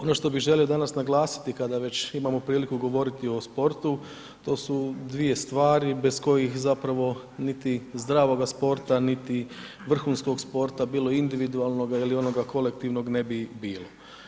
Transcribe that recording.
Ono što bi želio danas naglasiti, kada već imamo priliku govoriti o sportu, to su dvije stvari bez kojih zapravo niti zdravoga sporta, niti vrhunskog sporta, bilo individualnoga ili onoga kolektivnoga ne bi bilo.